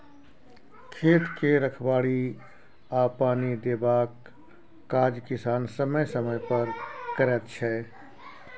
खेत के रखबाड़ी आ पानि देबाक काज किसान समय समय पर करैत छै